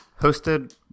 hosted